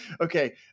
Okay